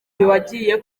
wagiye